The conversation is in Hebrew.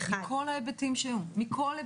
מכל היבט שהוא,